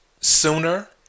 sooner